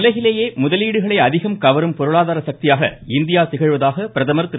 உலகிலேயே முதலீடுகளை அதிகம் கவரும் பொருளாதார சக்தியாக இந்தியா திகழ்வதாக பிரதமர் திரு